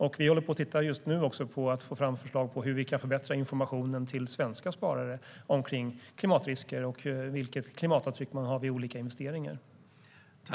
Och vi tittar just nu på förslag om hur vi kan förbättra informationen till svenska sparare om klimatrisker och vilket klimatavtryck olika investeringar har.